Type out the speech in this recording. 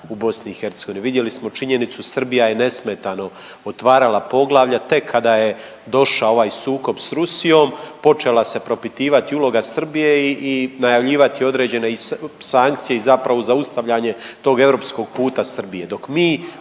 u BiH? Vidjeli smo činjenicu Srbija je nesmetano otvarala poglavlja tek kada je došao ovaj sukob s Rusijom, počela se propitivati uloga Srbije i, i najavljivati određene i sankcije i zapravo zaustavljanje tog europskog puta Srbije